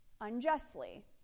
unjustly